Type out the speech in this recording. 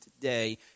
today